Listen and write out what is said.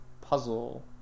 puzzle